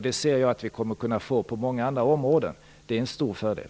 Jag ser att vi kommer att kunna få det på många andra områden, och det är en stor fördel.